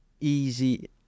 easy